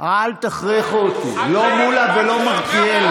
לשמח את, אל תכריחו אותי, לא מולא ולא מלכיאלי.